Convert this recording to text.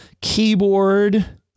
keyboard